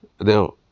now